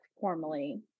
formally